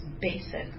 basic